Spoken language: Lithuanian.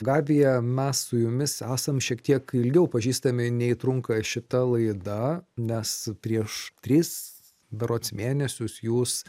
gabija mes su jumis esam šiek tiek ilgiau pažįstami nei trunka šita laida nes prieš tris berods mėnesius jūs